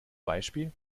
beispiel